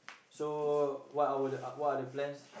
so what our are what are the plans